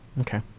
Okay